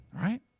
right